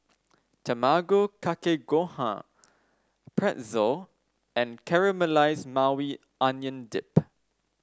Tamago Kake Gohan Pretzel and Caramelized Maui Onion Dip